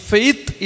Faith